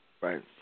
Right